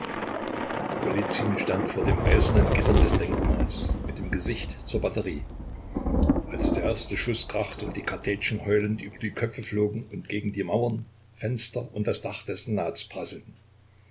stand vor dem eisernen gitter des denkmals mit dem gesicht zur batterie als der erste schuß krachte und die kartätschen heulend über die köpfe flogen und gegen die mauern fenster und das dach des